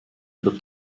wird